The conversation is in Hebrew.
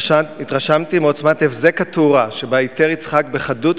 התרשמתי מעוצמת הבזק התאורה שבה איתר יצחק בחדות